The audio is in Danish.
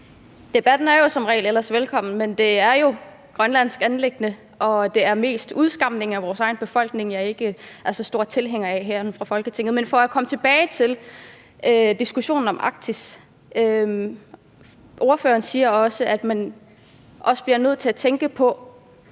Debatten er som regel ellers velkommen, men det er jo et grønlandsk anliggende, og det er mest udskamningen af vores egen befolkning herinde i Folketinget, jeg ikke er så stor tilhænger af. Men lad mig komme tilbage til diskussionen om Arktis. Ordføreren siger, at man også bliver nødt til at tænke på,